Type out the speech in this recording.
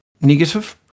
negative